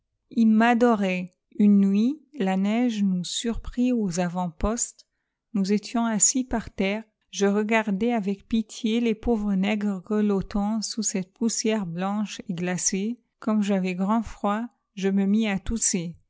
ii m'adorait une nuit la neige nous surprit aux avant-postes nous étions assis par terre je regardais avec pitié les pauvres nègres grelottant sous cette poussière blanche et glacée comme j'avais grand froid je me mis à tousser